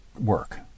work